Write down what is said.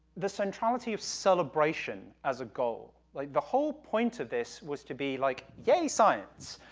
the centrality of celebration as a goal. like, the whole point of this was to be, like, yay, science,